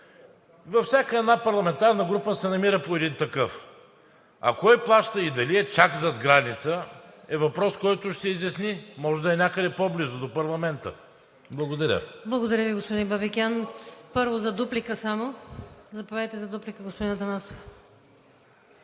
Във всяка една парламентарна група се намира по един такъв. А кой плаща и дали е чак зад граница, е въпрос, който ще се изясни. Може да е някъде по-близо до парламента. Благодаря. ПРЕДСЕДАТЕЛ ВИКТОРИЯ ВАСИЛЕВА: Благодаря Ви, господин Бабикян. Заповядайте за дуплика, господин Атанасов.